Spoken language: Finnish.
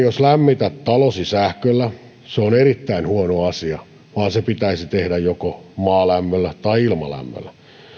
jos lämmität talosi sähköllä se on erittäin huono asia se pitäisi tehdä joko maalämmöllä tai ilmalämmöllä